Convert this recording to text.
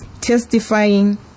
testifying